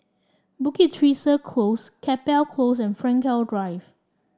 Bukit Teresa Close Chapel Close and Frankel Drive